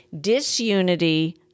Disunity